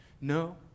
No